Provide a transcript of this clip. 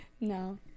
No